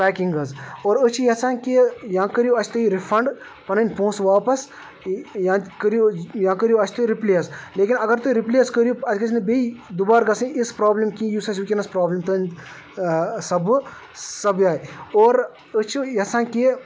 packing حظ اور أسۍ چھِ یَژھان کہ یا کٔرِو اَسہِ تُہۍ رِفنٛڈ پَنٕنۍ پۄنٛسہٕ واپَس یا تہِ کٔرِو یا کٔرِو اَسہِ تُہۍ رِپلیس لیکن اَگر تُہۍ رِپلیس کٔرِو اَسہِ گٔژھ نہٕ بیٚیہِ دُبار گژھٕنۍ یِژھ پرٛابلِم کِہینۍ یُس اَسہِ ؤنکٮ۪نَس پرٛابلِم تُہںٛد سبُہ سپدے اور أسۍ چھِ یَژھان کہ